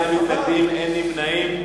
אין מתנגדים, אין נמנעים.